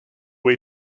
way